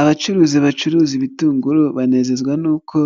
Abacuruzi bacuruza ibitunguru banezezwa n'uko